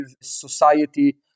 society